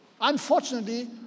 Unfortunately